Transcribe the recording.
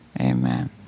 Amen